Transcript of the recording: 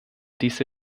diese